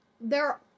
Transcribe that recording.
there-